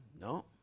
No